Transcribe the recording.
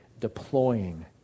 deploying